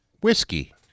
whiskey